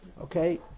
Okay